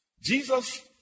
Jesus